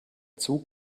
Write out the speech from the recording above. zug